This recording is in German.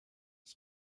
ich